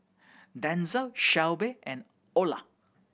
Denzel Shelbie and Olar